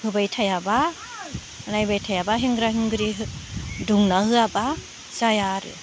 होबाय थायाब्ला नायबाय थायाब्ला हेंग्रा हेंग्रि दुमना होआब्ला जाया आरो